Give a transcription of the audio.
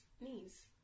knees